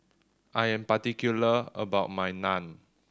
I am particular about my Naan